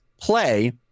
play